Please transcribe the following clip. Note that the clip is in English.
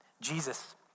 Jesus